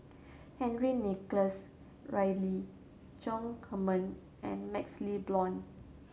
Henry Nicholas Ridley Chong Heman and MaxLe Blond